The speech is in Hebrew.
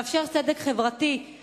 לאפשר צדק חברתי,